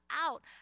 out